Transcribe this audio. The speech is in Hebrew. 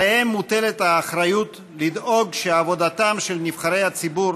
עליהם מוטלת האחריות לדאוג שעבודתם של נבחרי הציבור